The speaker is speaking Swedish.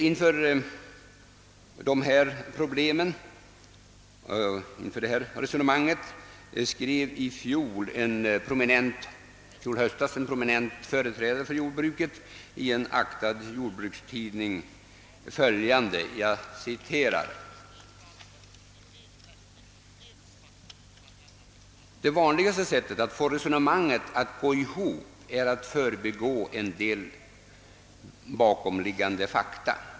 Inför detta resonemang skrev i fjol höstas en prominent företrädare för jordbruket i en aktad jordbrukstidning följande: »Det vanligaste sättet att få resone manget att gå ihop är att förbigå en del bakomliggande fakta.